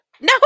No